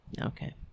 Okay